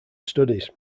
studies